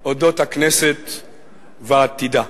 על אודות הכנסת ועתידה.